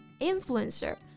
influencer